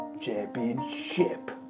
Championship